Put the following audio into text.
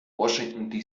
washington